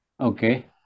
Okay